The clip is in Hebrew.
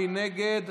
מי נגד?